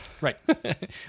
Right